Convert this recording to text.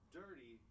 dirty